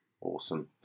Awesome